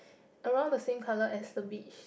around the same colour as the beach